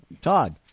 Todd